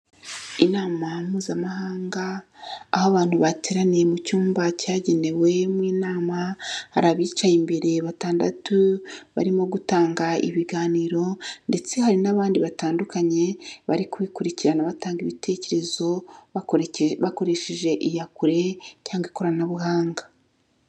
Inama mpuzamahanga aho abantu bateraniye mu cyumba cyagenewemo inama, hari abicaye imbere batandatu barimo gutanga ibiganiro, ndetse hari n'abandi batandukanye bari kubikurikirana batanga ibitekerezo bakoresheje iyakure cyangwa ikoranabuhanga.